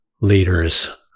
leaders